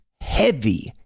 heavy